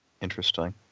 Interesting